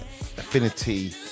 affinity